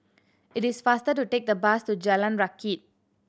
it is faster to take the bus to Jalan Rakit